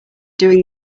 doing